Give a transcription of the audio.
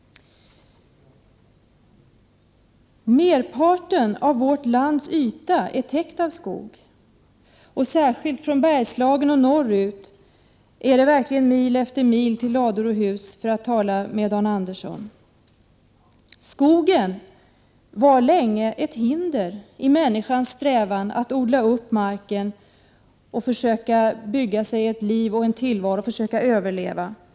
Merparten av vårt lands yta är täckt av skog. Särskilt från Bergslagen och norrut är det verkligen mil efter mil till lador och hus, för att uttrycka sig som Dan Andersson. Skogen var länge ett hinder i människans strävan att odla upp marken och försöka skapa sig en tillvaro för att överleva.